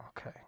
Okay